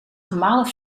gemalen